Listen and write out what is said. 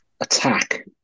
attack